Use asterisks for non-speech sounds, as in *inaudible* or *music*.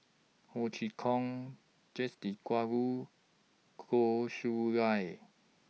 Ho Chee Kong Jacques De *unintelligible* Goh Chiew Lye